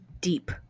deep